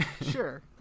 Sure